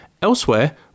Elsewhere